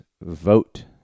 vote